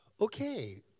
Okay